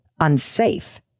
unsafe